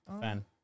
fan